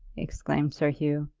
exclaimed sir hugh,